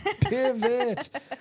pivot